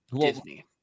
Disney